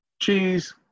Cheese